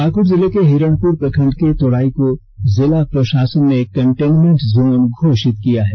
पाक्ड़ जिले के हिरणपुर प्रखंड के तोड़ाई को जिला प्रषासन ने कन्टेनमेंट जोन घोषित किया है